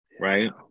Right